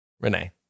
Renee